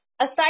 Aside